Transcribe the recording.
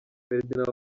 ferdinand